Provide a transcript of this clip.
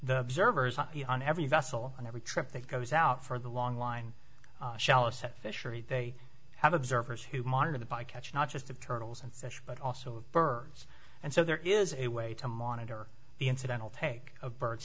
the observers on every vessel and every trip that goes out for the long line shall accept fishery they have observers who monitor the bycatch not just of turtles and fish but also birds and so there is a way to monitor the incidental take of birds